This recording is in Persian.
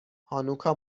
هانوکا